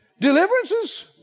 deliverances